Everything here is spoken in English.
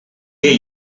get